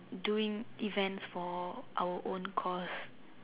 doing events for our own cause